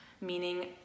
meaning